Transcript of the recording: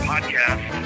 Podcast